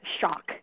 shock